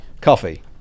Coffee